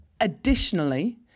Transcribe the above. Additionally